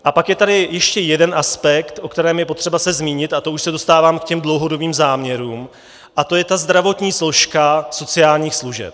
A pak je tady ještě jeden aspekt, o kterém je potřeba se zmínit, a to už se dostávám k těm dlouhodobým záměrům, a to je zdravotní složka sociálních služeb.